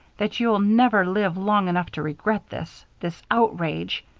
that you'll never live long enough to regret this this outrage.